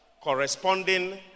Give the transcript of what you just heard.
corresponding